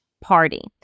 party